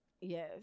yes